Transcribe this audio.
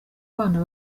bana